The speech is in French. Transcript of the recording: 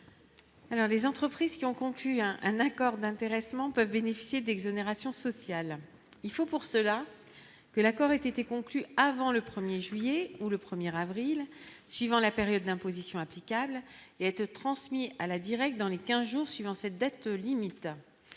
les entreprises qui ont conclu un accord d'intéressement peuvent bénéficier d'exonérations sociales, il faut pour cela que l'accord ait été conclu avant le 1er juillet ou le 1er avril suivant la période d'imposition applicable et être transmis à la Direct dans les 15 jours suivant cette date limite